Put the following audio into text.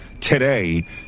today